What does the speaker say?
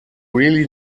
really